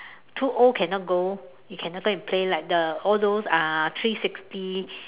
too old cannot go you cannot go and play like the all those uh three sixty